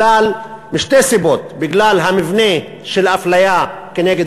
משתי סיבות: בגלל המבנה של האפליה כנגד